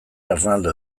ernaldu